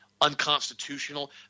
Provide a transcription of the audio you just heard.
unconstitutional